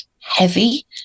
heavy